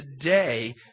today